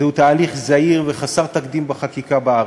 זהו תהליך זהיר וחסר תקדים בחקיקה בארץ.